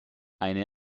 eine